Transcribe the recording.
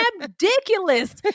ridiculous